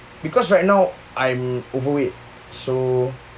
because right now I'm overweight so